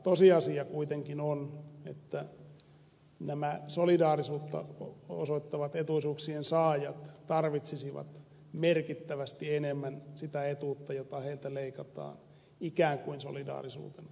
tosiasia kuitenkin on että nämä solidaarisuutta osoittavat etuisuuksien saajat tarvitsisivat merkittävästi enemmän sitä etuutta jota heiltä leikataan ikään kuin solidaarisuutena